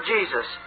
Jesus